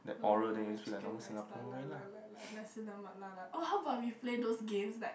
like like like chicken rice like like like like Nasi-Lemak like like oh how about we place those games like